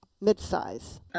mid-size